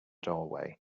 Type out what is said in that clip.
doorway